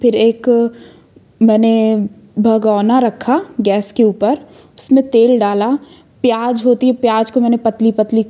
फिर एक मैंने भगौना रखा गैस के ऊपर उसमें तेल डाला प्याज होती है प्याज को मैंने पतली पतली